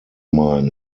mine